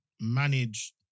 manage